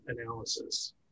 analysis